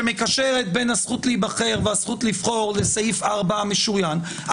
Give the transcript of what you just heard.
שמקשרת בין הזכות להיבחר והזכות לבחור לסעיף 4 המשוריין,